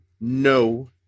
No